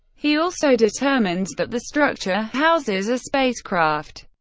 he also determines that the structure houses a spacecraft.